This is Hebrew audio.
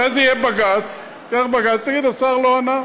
אחרי זה יהיה בג"ץ, ובג"ץ יגיד: השר לא ענה.